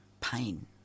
pain